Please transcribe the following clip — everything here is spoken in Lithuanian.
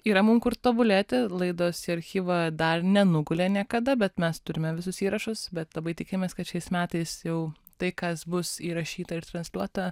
yra mum kur tobulėti laidos į archyvą dar nenugulė niekada bet mes turime visus įrašus bet labai tikimės kad šiais metais jau tai kas bus įrašyta ir transliuota